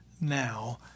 now